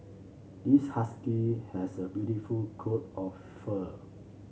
this husky has a beautiful coat of fur